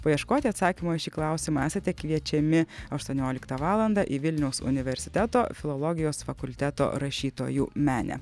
paieškoti atsakymo į šį klausimą esate kviečiami aštuonioliktą valandą į vilniaus universiteto filologijos fakulteto rašytojų menę